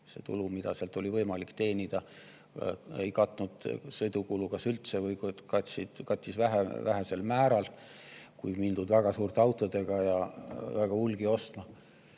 see tulu, mida sealt oli võimalik teenida, ei katnud sõidukulu kas üldse või kattis seda vähesel määral, kui just ei mindud väga suurte autodega ja väga hulgi ostma.